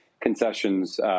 concessions